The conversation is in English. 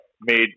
made